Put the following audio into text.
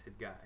guy